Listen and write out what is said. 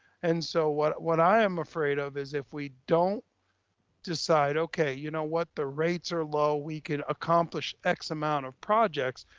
and so what what i am afraid of is if we don't decide, okay, you know what, the rates are low, we can accomplish x amount of projects,